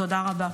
תודה רבה.